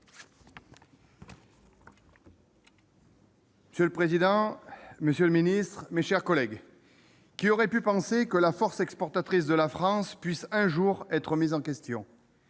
Monsieur le président, monsieur le ministre, mes chers collègues, qui aurait pu penser que la force exportatrice de la France puisse un jour être remise en question ?